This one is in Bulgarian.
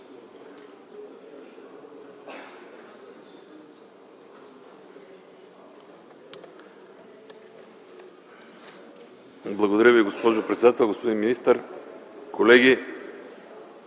Благодаря Ви, госпожо председател. Господин министър, колеги!